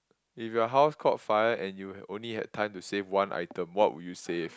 if your house caught fire and you only had time to save one item what would you save